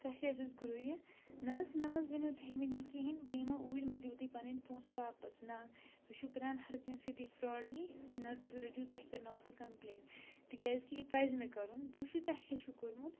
تۄہہِ کیٛازِ حظ کوٚرو یہِ نہ حظ مےٚ مہ حظ ؤنِو تُہۍ ؤنِو یہِ کِہیٖنۍ بہٕ یِمَو اوٗرۍ مےٚ دِیِو تُہۍ پَنٕنۍ پونٛسہٕ واپَس نہ تُہۍ چھُو کَران ہَر کٲنٛسہِ سۭتی فرٛاڈگی نَتہٕ رٔٹِو تۄہہِ کَرناوَو بہٕ کَمپٕلین تِکیٛازِکہِ یہِ پَزِ نہٕ کَرُن تُہۍ چھُو تۄہہِ کیٛاہ چھُو کوٚرمُت